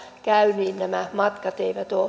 käyvien matkat